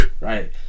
right